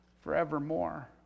forevermore